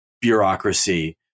bureaucracy